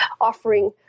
offering